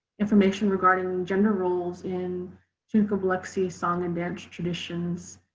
information regarding gender roles in tunica-biloxi song and dance traditions.